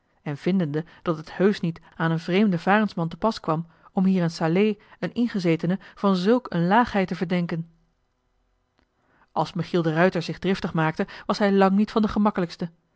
en vindende dat het heusch niet aan een vreemden varensman te pas kwam om hier in salé een ingezetene van zulk een laagheid te verdenken als michiel de ruijter zich driftig maakte was joh h been paddeltje de scheepsjongen van michiel de ruijter hij lang niet van de gemakkelijkste